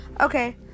Okay